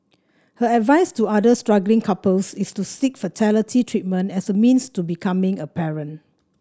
her advice to other struggling couples is to seek fertility treatment as a means to becoming a parent